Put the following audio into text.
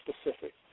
specific